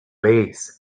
lace